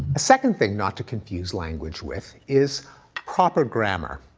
a second thing not to confuse language with is proper grammar.